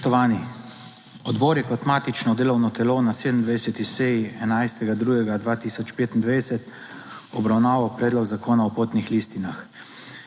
Spoštovani! Odbor je kot matično delovno telo na 27. seji, 11. 2. 2025 obravnaval predlog zakona o potnih listinah.